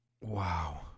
Wow